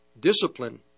discipline